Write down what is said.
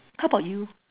how bout you